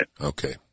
Okay